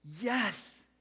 Yes